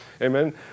Amen